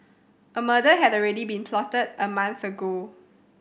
a murder had already been plotted a month ago